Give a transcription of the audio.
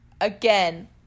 again